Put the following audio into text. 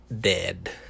dead